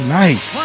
nice